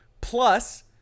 plus